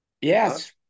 Yes